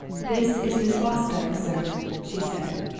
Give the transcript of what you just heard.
this is miss fosdyke, sir, she said,